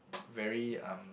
very um